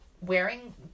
wearing